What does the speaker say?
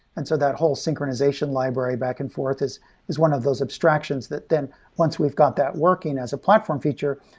and so that whole synchronization library back and forth is is one of those abstractions that then once we've got that working as a platform feature,